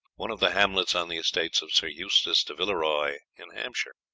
one of the hamlets on the estates of sir eustace de villeroy, in hampshire.